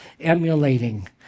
emulating